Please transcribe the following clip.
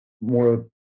more